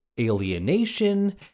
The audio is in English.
alienation